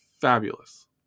fabulous